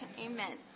Amen